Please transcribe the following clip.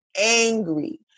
angry